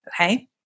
okay